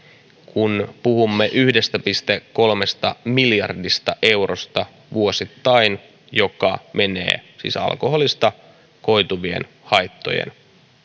kun puhumme vuosittain yhdestä pilkku kolmesta miljardista eurosta joka menee siis alkoholista koituvien haittojen